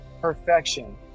perfection